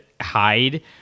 hide